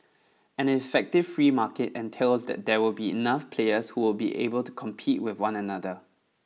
an effective free market entails that there will be enough players who will be able to compete with one another